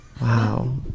Wow